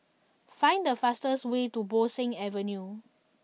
find the fastest way to Bo Seng Avenue